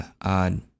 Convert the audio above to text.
odd